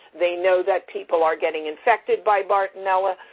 they know that people are getting infected by bartonella,